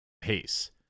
pace